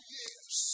yes